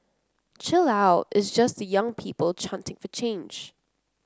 chill out it's just the young people chanting for change